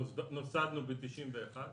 נוסדנו ב-1991,